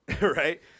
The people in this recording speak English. Right